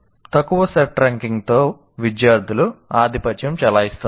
తక్కువ CET ర్యాంకింగ్తో విద్యార్థులు ఆధిపత్యం చెలాయిస్తున్నారు